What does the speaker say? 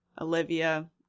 Olivia